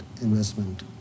investment